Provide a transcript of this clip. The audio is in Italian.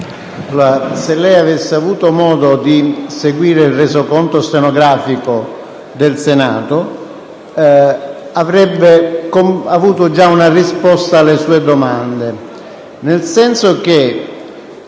se lei avesse avuto modo di leggere il Resoconto stenografico del Senato avrebbe avuto già risposta alle sue domande. Si tratta